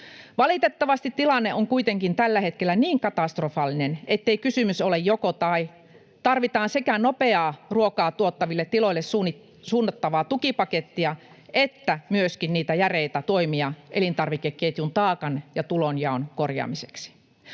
Valitettavasti tilanne on kuitenkin tällä hetkellä niin katastrofaalinen, ettei kysymys ole joko—tai. Tarvitaan sekä nopeaa, ruokaa tuottaville tiloille suunnattavaa tukipakettia että myöskin niitä järeitä toimia elintarvikeketjun taakan- ja tulonjaon korjaamiseksi.